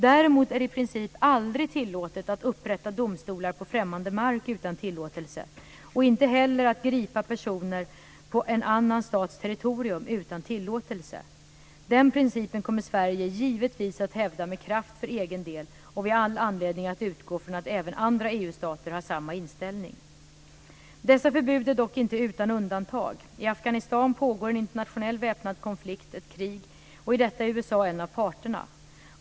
Däremot är det i princip aldrig tillåtet att upprätta domstolar på främmande mark utan tillåtelse, och inte heller att gripa personer på en annan stats territorium utan tillåtelse. Den principen kommer Sverige givetvis att hävda med kraft för egen del, och vi har all anledning att utgå från att även andra EU-stater har samma inställning. Dessa förbud är dock inte utan undantag. I Afghanistan pågår en internationell väpnad konflikt, ett krig, och i detta är USA en av parterna.